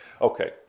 okay